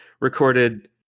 recorded